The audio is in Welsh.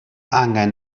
angen